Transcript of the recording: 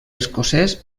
escocès